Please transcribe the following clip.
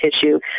tissue